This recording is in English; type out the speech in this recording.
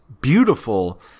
beautiful